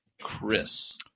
Chris